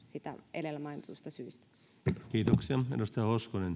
edellä mainituista syistä